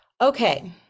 Okay